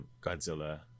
Godzilla